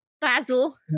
Basil